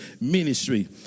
ministry